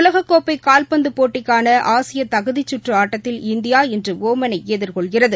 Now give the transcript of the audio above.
உலகக் கோப்பை கால்பந்து போட்டிக்கான ஆசிய தகுதிச் சுற்று ஆட்டத்தில்இந்தியா இன்று ஒமனை எதிர்கொள்கிறது